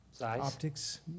optics